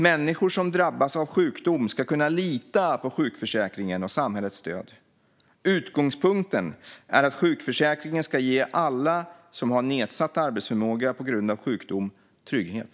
Människor som drabbas av sjukdom ska kunna lita på sjukförsäkringen och samhällets stöd. Utgångspunkten är att sjukförsäkringen ska ge alla som har nedsatt arbetsförmåga på grund av sjukdom trygghet.